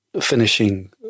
finishing